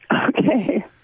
Okay